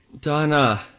Donna